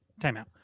Timeout